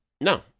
No